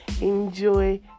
enjoy